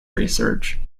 research